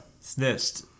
snitched